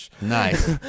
Nice